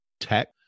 tech